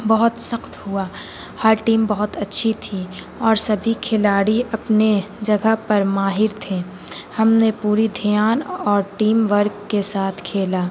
بہت سخت ہوا ہر ٹیم بہت اچھی تھی اور سبھی کھلاڑی اپنے جگہ پر ماہر تھے ہم نے پوری دھیان اور ٹیم ورک کے ساتھ کھیلا